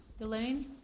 Elaine